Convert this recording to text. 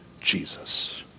Jesus